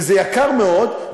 וזה יקר מאוד,